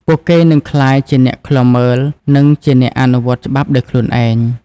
ពួកគេនឹងក្លាយជាអ្នកឃ្លាំមើល និងជាអ្នកអនុវត្តច្បាប់ដោយខ្លួនឯង។